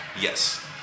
Yes